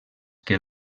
que